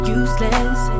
useless